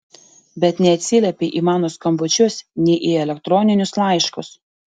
bet neatsiliepei į mano skambučius nei į elektroninius laiškus